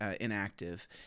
inactive